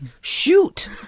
shoot